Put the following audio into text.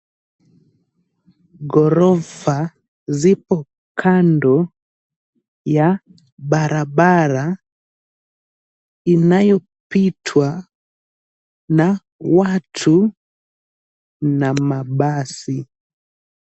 Ghorofa zipo kando ya barabara inayopitwa na watu na mabasi.